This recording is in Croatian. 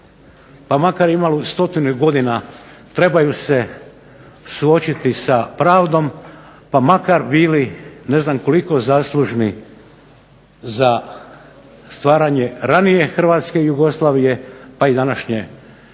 pa makar imaju 100 godina trebaju se suočiti sa pravdom, pa makar bili ne znam koliko zaslužni za stvaranje ranije Hrvatske i Jugoslavije pa i današnje